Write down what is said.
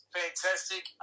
fantastic